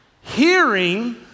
hearing